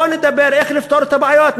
בואו לדבר איך לפתור את הבעיות.